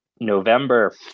november